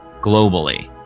globally